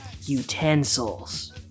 utensils